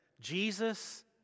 Jesus